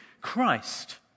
Christ